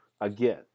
again